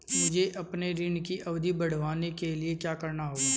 मुझे अपने ऋण की अवधि बढ़वाने के लिए क्या करना होगा?